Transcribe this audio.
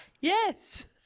Yes